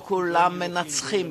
שבו כולם מנצחים.